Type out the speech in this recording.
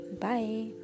Bye